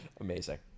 Amazing